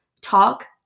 talk